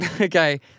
Okay